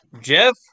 Jeff